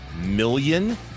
million